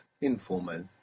Informal